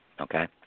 okay